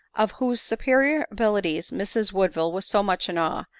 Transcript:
of whose superior abilities mrs woodville was so much in awe,